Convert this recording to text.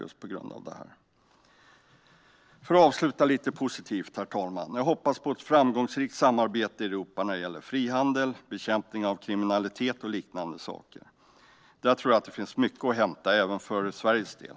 För att avsluta lite positivt, herr talman, hoppas jag på ett framgångsrikt samarbete i Europa när det gäller frihandel, bekämpning av kriminalitet och liknande. Där tror jag att det finns mycket att hämta även för Sveriges del.